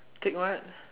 tick what